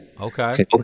Okay